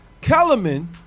Kellerman